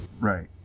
Right